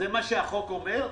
זה מה שהחוק אומר?